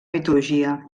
mitologia